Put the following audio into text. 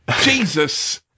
Jesus